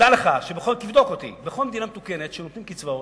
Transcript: כשנותנים קצבאות,